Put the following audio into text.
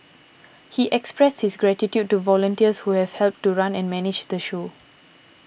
he expressed his gratitude to volunteers who have helped to run and manage the show